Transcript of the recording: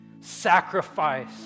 sacrifice